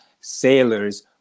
sailors